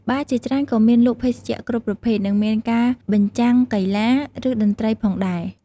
បារជាច្រើនក៏មានលក់ភេសជ្ជៈគ្រប់ប្រភេទ និងមានការបញ្ចាំងកីឡា ឬតន្ត្រីផងដែរ ។